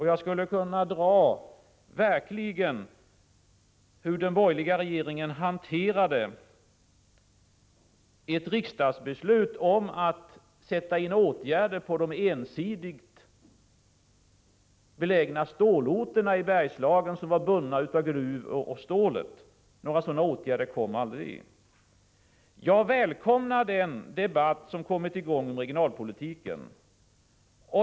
Jag skulle kunna redogöra för hur den borgerliga regeringen hanterade ett riksdagsbeslut om att åtgärder skulle vidtas i de orter i Bergslagen som har en ensidig inriktning på gruvoch stålverksamhet. Några sådana åtgärder vidtogs aldrig. Jag välkomnar den debatt som kommit i gång om regionalpolitiken.